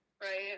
right